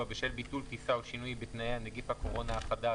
בשל ביטול טיסה או שינוי בתנאיה) (נגיף הקורונה החדש,